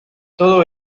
todo